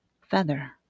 feather